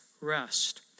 rest